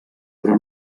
però